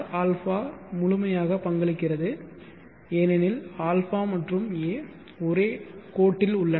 rα முழுமையாக பங்களிக்கிறது ஏனெனில் α மற்றும் a ஒரே கோட்டில் உள்ளன